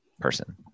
person